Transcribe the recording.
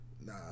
Nah